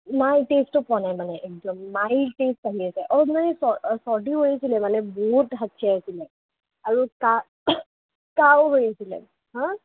নাই টেষ্টো পোৱা নাই মানে একদম মাইল্ড টেষ্ট আহি আছে অলপ মানে চৰ চৰ্দিও হৈ আছিলে মানে বহুত হাঁচি আহিছিলে আৰু কাঁহ কাঁহো হৈ আছিলে হাঁ